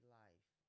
life